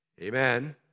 Amen